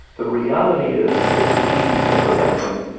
the reality is it's easy to prevent them.